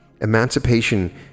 Emancipation